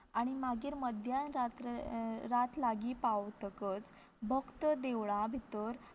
आनी मागीर मध्यान रात्र रात लागीं पावतकच भक्त देवळां भितर